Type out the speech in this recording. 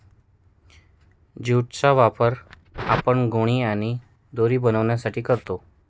jute चा वापर आपण गोणी आणि दोरी बनवण्यासाठी करतो